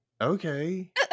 okay